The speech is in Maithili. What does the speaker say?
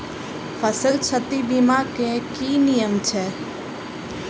फसल क्षति बीमा केँ की नियम छै?